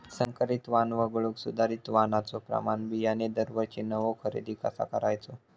संकरित वाण वगळुक सुधारित वाणाचो प्रमाण बियाणे दरवर्षीक नवो खरेदी कसा करायचो?